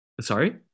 Sorry